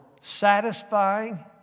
satisfying